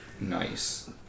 Nice